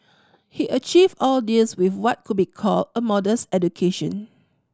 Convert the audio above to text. he achieved all this with what could be called a modest education